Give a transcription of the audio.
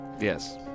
Yes